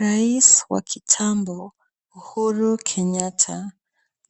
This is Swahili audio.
Rais wa kitambo, Uhuru Kenyatta